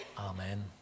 Amen